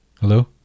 hello